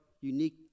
unique